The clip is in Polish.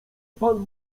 pan